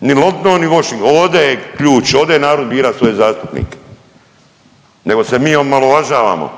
ni Washington. Ovdje je ključ, ovdje je narod bira svoje zastupnike, nego se mi omalovažavamo.